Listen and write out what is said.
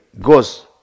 goes